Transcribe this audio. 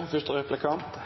Det